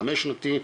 חמש שנתי,